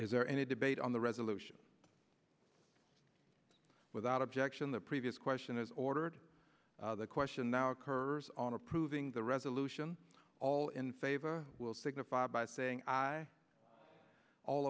is there any debate on the resolution without objection the previous question is ordered the question now occurs on approving the resolution all in favor will signify by saying i all